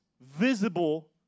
visible